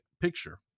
picture